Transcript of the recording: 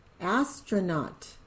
astronaut